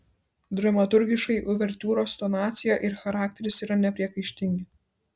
dramaturgiškai uvertiūros tonacija ir charakteris yra nepriekaištingi